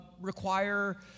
require